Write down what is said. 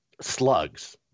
slugs